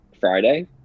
Friday